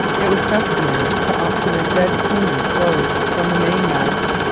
it was customary to auction a dead seaman's clothes from the mainmast.